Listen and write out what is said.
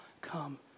come